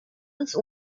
ins